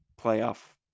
playoff